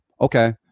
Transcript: okay